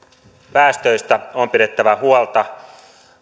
päästöistä on pidettävä huolta